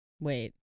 Wait